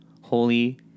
Holy